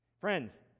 Friends